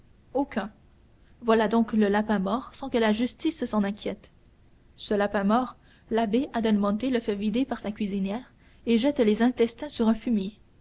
aucun voilà donc le lapin mort sans que la justice s'en inquiète ce lapin mort l'abbé adelmonte le fait vider par sa cuisinière et jette les intestins sur un fumier